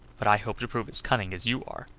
but i hope to prove as cunning as you are.